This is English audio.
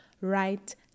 right